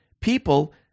people